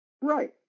Right